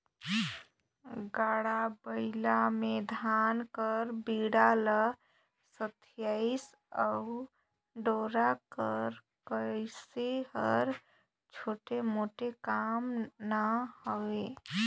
गाड़ा बइला मे धान कर बीड़ा ल सथियई अउ डोरा कर कसई हर छोटे मोटे काम ना हवे